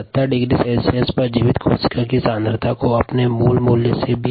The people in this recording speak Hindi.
70 डिग्री सेल्सियस पर जीवित कोशिका सांद्रता को अपने मूल मान के 20